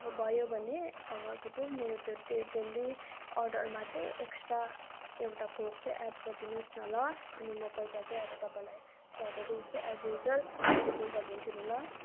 भयो भने अब के पो मेरो त्यो डेल डेली अर्डरमा चाहिँ एक्स्ट्रा एउटा कोक चाहिँ एड गरिदिनु होस् न ल अनि म पैसा चाहिँ अब तपाईँलाई सधैँको जस्तो एज युज्वल जिपे गरिदिन्छु नि ल